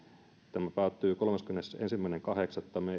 tämä päättyy kolmaskymmenesensimmäinen kahdeksatta me